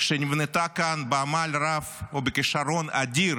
שנבנתה כאן בעמל רב ובכישרון אדיר